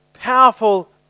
Powerful